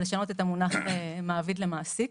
ולשנות את המונח מעביד למעסיק.